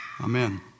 amen